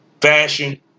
Fashion